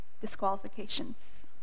Disqualifications